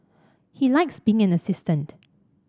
he likes being an assistant